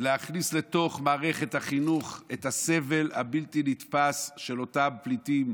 להכניס לתוך מערכת החינוך את הסבל הבלתי-נתפס של אותם פליטים.